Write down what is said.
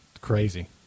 Crazy